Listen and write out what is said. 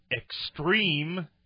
Extreme